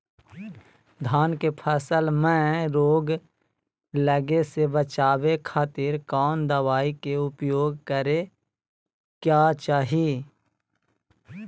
धान के फसल मैं रोग लगे से बचावे खातिर कौन दवाई के उपयोग करें क्या चाहि?